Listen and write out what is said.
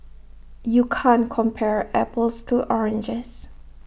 you can't compare apples to oranges